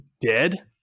dead